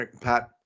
Pat